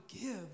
give